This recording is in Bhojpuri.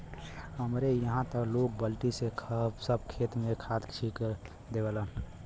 हमरे इहां त लोग बल्टी से सब खेत में खाद छिट देवलन